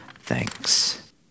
thanks